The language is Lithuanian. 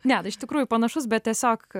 ne iš tikrųjų panašus bet tiesiog